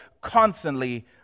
constantly